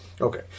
Okay